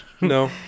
No